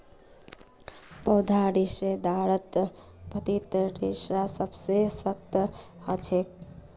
पौधार रेशेदारत पत्तीर रेशा सबसे सख्त ह छेक